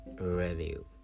Review